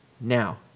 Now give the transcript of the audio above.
Now